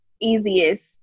easiest